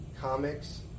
comics